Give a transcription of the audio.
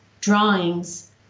drawings